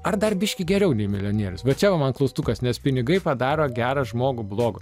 ar dar biškį geriau nei milijonierius bet čia va man klaustukas nes pinigai padaro gerą žmogų blogu